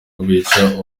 kubica